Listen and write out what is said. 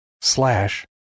Slash